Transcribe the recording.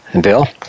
Bill